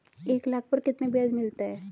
एक लाख पर कितना ब्याज मिलता है?